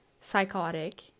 psychotic